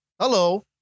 Hello